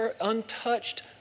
untouched